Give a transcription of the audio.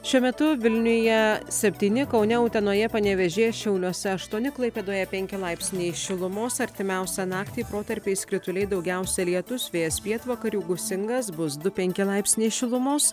šiuo metu vilniuje septyni kaune utenoje panevėžyje šiauliuose aštuoni klaipėdoje penki laipsniai šilumos artimiausią naktį protarpiais krituliai daugiausia lietus vėjas pietvakarių gūsingas bus du penki laipsniai šilumos